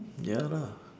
ya lah